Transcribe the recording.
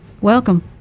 Welcome